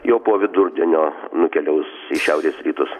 jau po vidurdienio nukeliaus į šiaurės rytus